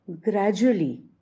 gradually